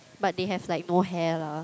but they have like no hair lah